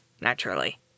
naturally